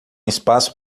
espaço